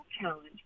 challenge